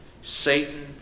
Satan